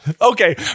Okay